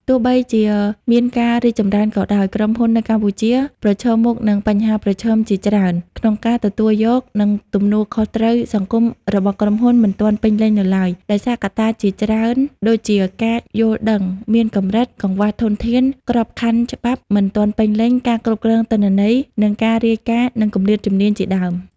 ទោះបីជាមានការរីកចម្រើនក៏ដោយ ក្រុមហ៊ុននៅកម្ពុជាប្រឈមមុខនឹងបញ្ហាប្រឈមជាច្រើនក្នុងការទទួលយក និងទំនួលខុសត្រូវសង្គមរបស់ក្រុមហ៊ុន មិនទាន់ពេញលេញនៅឡើយ ដោយសារ កត្តាជាច្រើនដូចជា ការយល់ដឹងមានកម្រិត កង្វះធនធាន ក្របខ័ណ្ឌច្បាប់មិនទាន់ពេញលេញ ការគ្រប់គ្រងទិន្នន័យ និងការរាយការណ៍ និងគម្លាតជំនាញជាដើម។